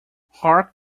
hark